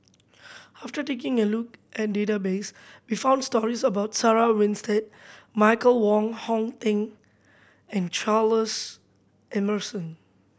after taking a look at database we found stories about Sarah Winstedt Michael Wong Hong Eng and Charles Emmerson